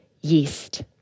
yeast